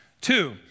Two